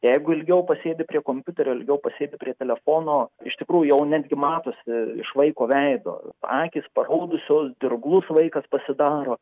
jeigu ilgiau pasėdi prie kompiuterio ilgiau pasėdi prie telefono iš tikrųjų jau netgi matosi iš vaiko veido akys paraudusios dirglus vaikas pasidaro